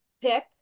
pick